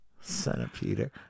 Centipede